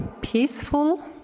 peaceful